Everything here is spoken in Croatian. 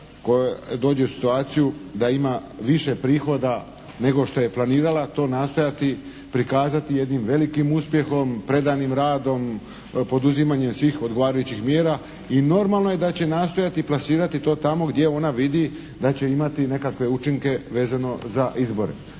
koja dođe u situaciju da ima više prihoda nego što je planirala, to nastojati prikazati jednim velikim uspjehom, predanim radom, poduzimanjem svih odgovarajućih mjera i normalno je da će nastojati plasirati to tamo gdje ona vidi da će imati nekakve učinke vezano za izbore.